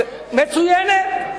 טובה, מצוינת.